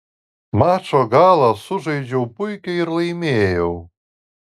mačo galą sužaidžiau puikiai ir laimėjau